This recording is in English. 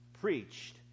preached